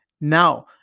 Now